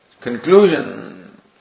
conclusion